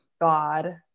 God